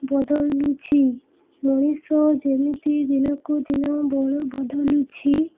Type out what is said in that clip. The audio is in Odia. ବଦଲୁଛି ମଣିଷ ଯେମିତି ଦିନକୁ ଦିନ ବଦଲୁଛି